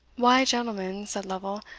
why, gentlemen, sad lovel,